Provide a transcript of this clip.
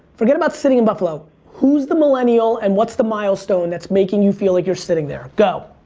forget about sitting in buffalo. who's the millennial and what's the milestone that's making you feel like you're sitting there? go.